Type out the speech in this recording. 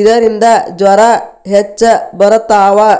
ಇದರಿಂದ ಜ್ವರಾ ಹೆಚ್ಚ ಬರತಾವ